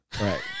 Right